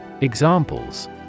Examples